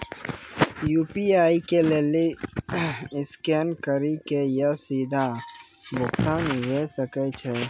UPI के लेली scan करि के या सीधा भुगतान हुये सकै छै